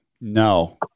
No